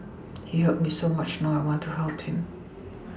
he helped me so much now I want to help him